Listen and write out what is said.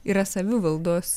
yra savivaldos